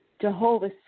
Jehovah